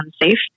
unsafe